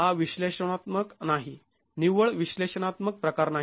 हा विश्लेषणात्मक नाही निव्वळ विश्लेषणात्मक प्रकार नाही